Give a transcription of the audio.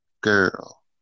girl